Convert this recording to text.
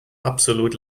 absolut